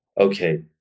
Okay